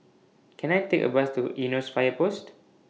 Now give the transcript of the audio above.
Can I Take A Bus to Eunos Fire Post